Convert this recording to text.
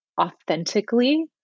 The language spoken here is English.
authentically